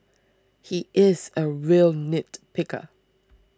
he is a real nitpicker